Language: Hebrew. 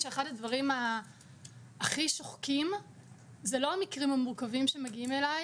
אחד הדברים הכי שוחקים זה לא המקרים המורכבים שמגיעים אליי,